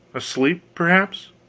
asleep, perhaps?